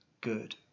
good